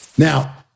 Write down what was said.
Now